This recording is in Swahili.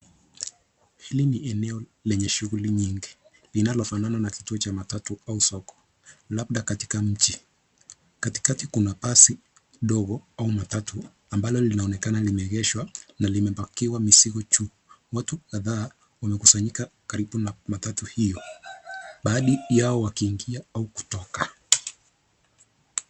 Hili ni eneo lenye shughuli nyingi linalofanana na kituo cha matatu au soko labda katika mji. Katikati kuna basi ndogo au matatu ambalo linaonekana limeegeshwa na limepakiwa mizigo juu. Watu kadhaa wamekusanyika karibu na matatu hiyo baadhi yao wakiingia au kutoka.